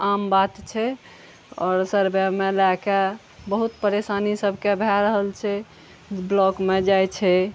आम बात छै आओर सर्बेमे लऽ कऽ बहुत परेशानी सबके भऽ रहल छै ब्लॉकमे जाय छै